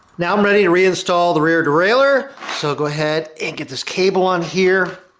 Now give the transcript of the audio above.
now i'm ready to reinstall the rear derailleur, so go ahead and get this cable on here,